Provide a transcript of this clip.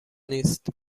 نیست